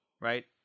right